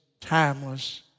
timeless